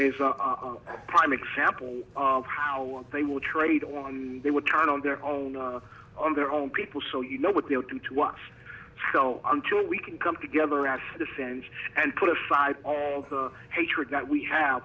a prime example of how they will trade on they would turn on their own on their own people so you know what they'll do to us until we can come together at this and and put aside all the hatred that we have